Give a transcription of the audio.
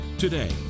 Today